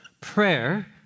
Prayer